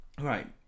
right